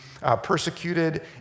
persecuted